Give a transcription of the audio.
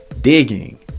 digging